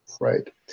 right